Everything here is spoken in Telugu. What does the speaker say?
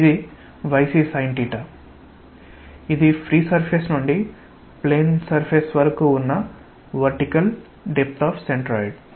ఇది yc Sin ఇది ఫ్రీ సర్ఫేస్ నుండి ప్లేన్ సర్ఫేస్ వరకు ఉన్న వర్టికల్ డెప్త్ ఆఫ్ సెంట్రాయిడ్